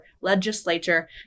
legislature